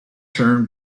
turn